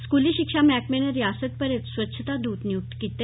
स्कूली शिक्षा मैहकमे नै रिआसत भरै च स्वच्छता दूत नियुक्त कीते